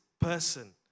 person